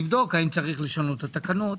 לבדוק האם יש לשנות את התקנות,